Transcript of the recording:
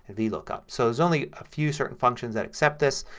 and blookup. so there's only a few certain functions that accept this.